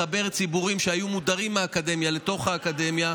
לחבר ציבורים שהיו מודרים מהאקדמיה לאקדמיה,